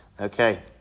okay